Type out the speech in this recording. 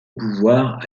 pouvoir